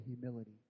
humility